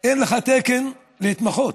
אין לך תקן להתמחות,